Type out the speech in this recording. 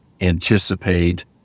anticipate